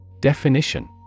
Definition